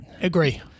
Agree